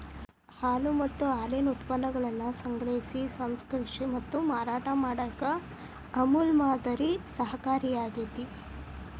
ಹಾಲು ಮತ್ತ ಹಾಲಿನ ಉತ್ಪನ್ನಗಳನ್ನ ಸಂಗ್ರಹಿಸಿ, ಸಂಸ್ಕರಿಸಿ ಮತ್ತ ಮಾರಾಟ ಮಾಡಾಕ ಅಮೂಲ್ ಮಾದರಿ ಸಹಕಾರಿಯಾಗ್ಯತಿ